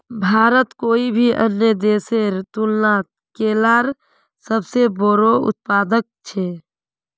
भारत कोई भी अन्य देशेर तुलनात केलार सबसे बोड़ो उत्पादक छे